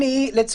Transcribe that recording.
עדות,